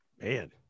Man